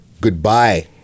Goodbye